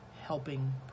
helping